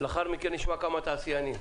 לאחר מכן נשמע כמה תעשיינים.